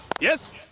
Yes